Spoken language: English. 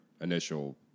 Initial